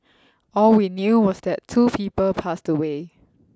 all we knew was that two people passed away